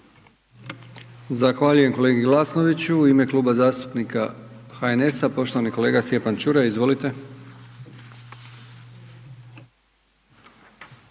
Zahvaljujem kolegi Žagaru. U ime Kluba zastupnika HNS-a poštovani kolega Stjepan Čuraj, izvolite.